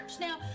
Now